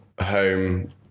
home